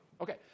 Okay